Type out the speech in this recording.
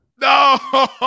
No